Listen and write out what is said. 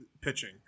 pitching